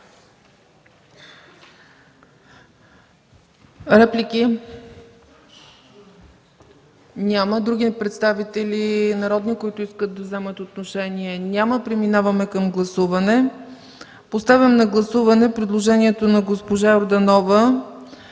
Реплики? Няма. Други народни представители, желаещи да вземат отношение? Няма. Преминаваме към гласуване. Поставям на гласуване предложението на госпожа Йорданова,